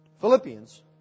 Philippians